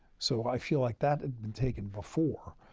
so i feel like that had been taken before.